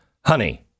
honey